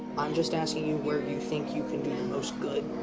i'm just asking you where you think you can do the most good.